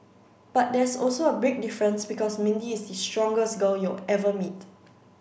but there's also a big difference because Mindy is the strongest girl you'll ever meet